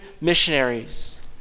missionaries